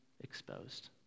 exposed